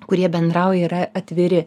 kurie bendrauja yra atviri